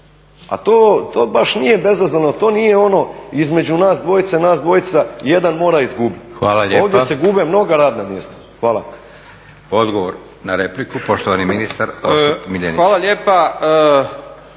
a to baš nije bezazleno, to nije ono između nas dvojice, nas dvojica jedan mora izgubiti. …/Upadica: Hvala lijepa./… Ovdje se gube mnoga radna mjesta. Hvala. **Leko, Josip (SDP)** Odgovor na repliku poštovani ministar. **Miljenić, Orsat** Hvala lijepa.